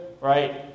right